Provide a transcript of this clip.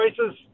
choices